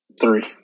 Three